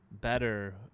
better